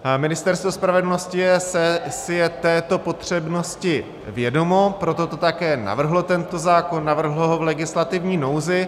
A Ministerstvo spravedlnosti si je této potřebnosti vědomo, proto také navrhlo tento zákon, navrhlo ho v legislativní nouzi.